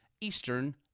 Eastern